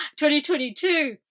2022